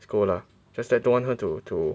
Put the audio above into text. scold lah just that don't want her to to